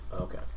Okay